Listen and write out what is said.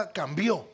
cambió